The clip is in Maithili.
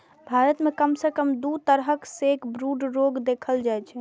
भारत मे कम सं कम दू तरहक सैकब्रूड रोग देखल जाइ छै